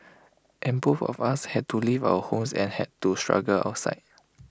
and both of us had to leave our homes and had to struggle outside